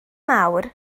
mawr